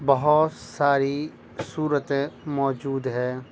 بہت ساری صورتیں موجود ہے